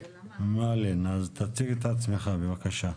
תציג את עצמך בבקשה.